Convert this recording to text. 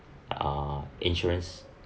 ah insurance